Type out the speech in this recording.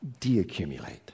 Deaccumulate